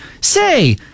Say